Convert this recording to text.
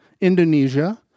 Indonesia